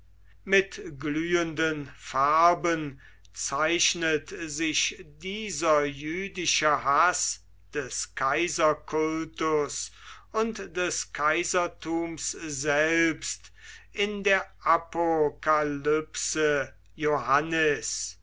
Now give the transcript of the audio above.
mit glühenden farben zeichnet sich dieser jüdische haß des kaiserkultus und des kaisertums selbst in der apokalypse